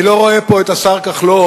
אני לא רואה פה את השר כחלון